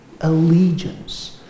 allegiance